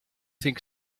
think